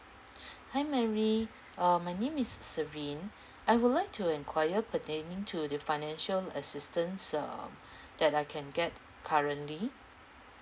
hi mary uh my name is s~ serene I would like to inquire pertaining to the financial assistance uh that I can get currently